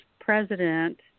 president